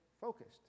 focused